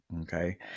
Okay